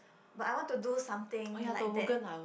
but I want to do something like that